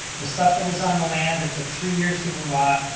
the stuff that was on the land that took three years to move off,